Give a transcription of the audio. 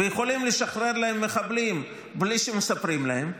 ויכולים לשחרר להם מחבלים בלי שמספרים להם,